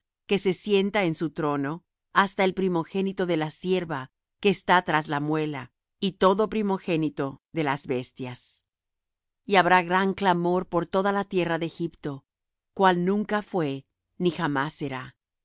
que se sienta en su trono hasta el primogénito de la sierva que está tras la muela y todo primogénito de las bestias y habrá gran clamor por toda la tierra de egipto cual nunca fué ni jamás será